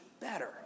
better